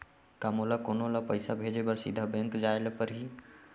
का मोला कोनो ल पइसा भेजे बर सीधा बैंक जाय ला परही?